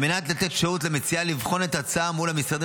על מנת לתת אפשרות למציעה לבחון את ההצעה מול המשרדים